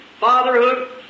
Fatherhood